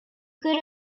good